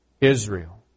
Israel